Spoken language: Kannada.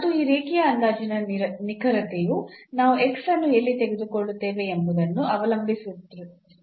ಮತ್ತು ಈ ರೇಖೀಯ ಅಂದಾಜಿನ ನಿಖರತೆಯು ನಾವು ಅನ್ನು ಎಲ್ಲಿ ತೆಗೆದುಕೊಳ್ಳುತ್ತೇವೆ ಎಂಬುದನ್ನು ಅವಲಂಬಿಸಿರುತ್ತದೆ